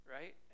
right